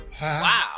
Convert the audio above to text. Wow